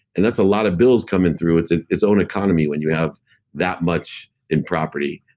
and that's a lot of bills coming through. it's its own economy when you have that much in property.